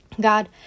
God